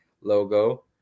logo